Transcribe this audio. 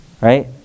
right